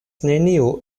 neniu